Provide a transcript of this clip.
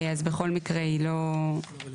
אז בכל מקרה היא לא רלוונטית.